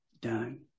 done